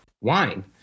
wine